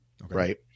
Right